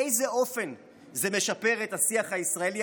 באיזה אופן זה משפר את השיח הישראלי,